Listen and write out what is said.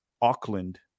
Auckland